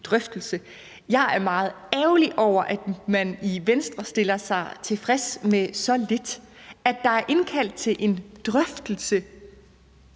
drøftelse. Jeg er meget ærgerlig over, at man i Venstre stiller sig tilfreds med så lidt. At der er indkaldt til en drøftelse,